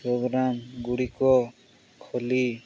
ପ୍ରୋଗ୍ରାମଗୁଡ଼ିକ ଖୋଲି